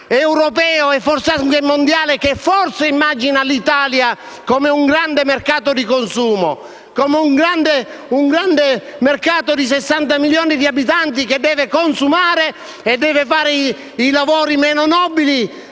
europeo e forse anche mondiale che immagine l'Italia come un grande mercato di consumo, un mercato di 60 milioni di abitanti che devono consumare e fare i lavori meno nobili